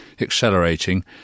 accelerating